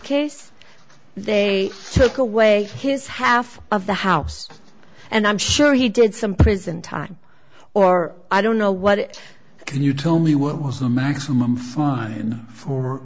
case they took away his half of the house and i'm sure he did some prison time or i don't know what can you tell me what was the maximum fine for